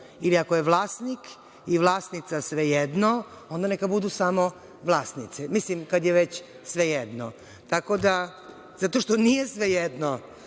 Ili, ako je vlasnik i vlasnica svejedno, onda neka budu samo vlasnice. Mislim, kad je već svejedno. Zato što nije svejedno,